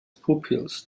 pupils